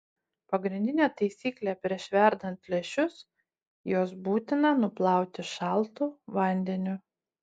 pagrindinė taisyklė prieš verdant lęšius juos būtina nuplauti šaltu vandeniu